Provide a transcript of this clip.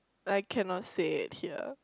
I cannot say at here